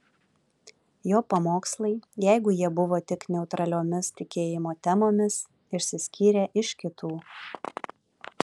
jo pamokslai jeigu jie buvo tik neutraliomis tikėjimo temomis išsiskyrė iš kitų